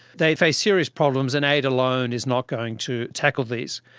they face serious problems, and aid alone is not going to tackle these.